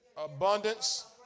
Abundance